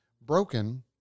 broken